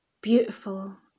beautiful